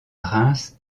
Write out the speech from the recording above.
reims